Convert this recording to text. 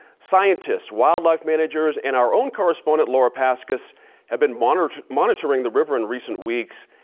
scientists, wildlife managers, and our own correspondent laura paskus have been monitoring monitoring the river in recent weeks.